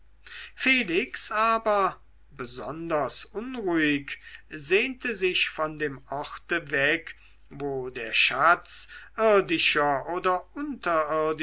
felix aber besonders unruhig sehnte sich von dem orte weg wo der schatz irdischer oder